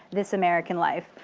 this american life,